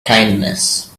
kindness